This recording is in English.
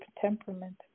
temperament